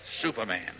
superman